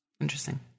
interesting